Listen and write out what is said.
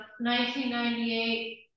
1998